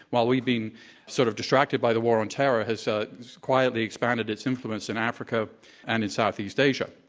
while we've been sort of distracted by the war on terror, has ah quietly expanded its influence in africa and in southeast asia.